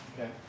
Okay